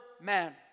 man